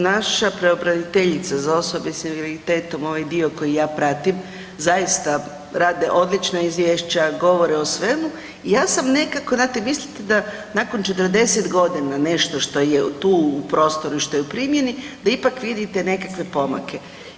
Naša pravobraniteljica za osobe s invaliditetom, ovaj dio koji ja pratim zaista rade odlična izvješća, govore o svemu i ja sam nekako, znate mislite da nakon 40 godina nešto što je tu u prostoru i što je u primjeni da ipak vidite nekakve pomake.